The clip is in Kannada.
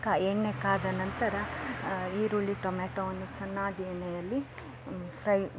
ಕಾ ಎಣ್ಣೆ ಕಾದ ನಂತರ ಈರುಳ್ಳಿ ಟೊಮ್ಯಾಟೊವನ್ನು ಚೆನ್ನಾಗಿ ಎಣ್ಣೆಯಲ್ಲಿ ಫ್ರೈ